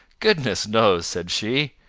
goodness knows, said she.